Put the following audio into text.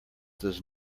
does